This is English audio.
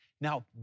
Now